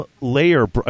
layer